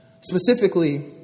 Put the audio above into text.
Specifically